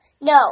No